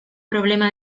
problema